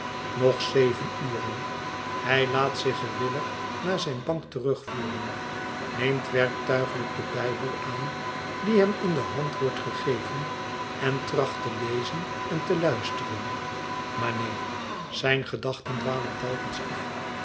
nog zeven uren hij laat zich gewillig naar zijn bank terugvoeren neemt werktuigelijk den bijbel aan die hem in de hand wordt gegeven en tracht te lezen en te luisteren maar neen zijn gedachten dwalen telkens af